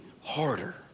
harder